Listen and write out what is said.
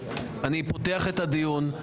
פותח את הדיון.